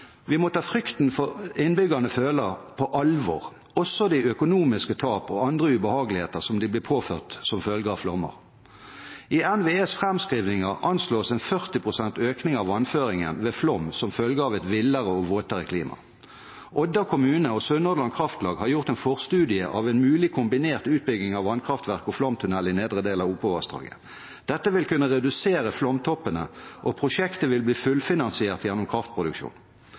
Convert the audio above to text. Vi må ta frykten innbyggerne føler, på alvor, også de økonomiske tap og andre ubehageligheter som de blir påført som følge av flommer. I NVEs framskrivninger anslås en 40 pst. økning av vannføringen ved flom som følge av et villere og våtere klima. Odda kommune og Sunnhordland Kraftlag har gjort en forstudie av en mulig kombinert utbygging av vannkraftverk og flomtunnel i nedre del av Opovassdraget. Dette vil kunne redusere flomtoppene, og prosjektet vil bli fullfinansiert gjennom kraftproduksjon.